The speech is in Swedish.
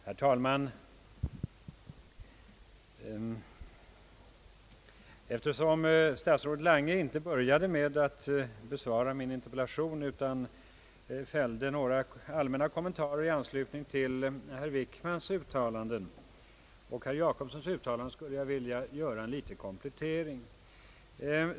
Herr talman! Eftersom statsrådet Lange inte började med att besvara min interpellation utan fällde några allmänna kommentarer i anslutning till herrar Wickmans och Jacobssons utialanden vill jag göra en liten utvikning.